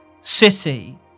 city